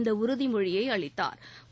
இந்த உறுதிமொழியை அளித்தாா்